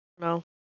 No